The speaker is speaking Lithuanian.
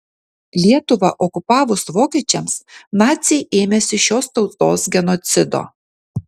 lietuvą okupavus vokiečiams naciai ėmėsi šios tautos genocido